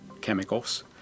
chemicals